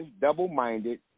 double-minded